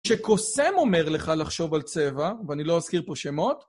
כשקוסם אומר לך לחשוב על צבע, ואני לא אזכיר פה שמות...